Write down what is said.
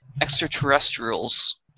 extraterrestrials